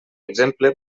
exemple